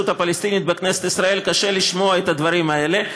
הפלסטינית בכנסת ישראל קשה לשמוע את הדברים האלה.